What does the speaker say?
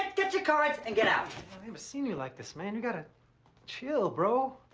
get your cards, and get out. i never seen you like this, man. you gotta chill, bro.